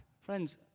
friends